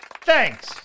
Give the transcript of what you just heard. Thanks